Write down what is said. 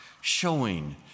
showing